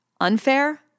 Unfair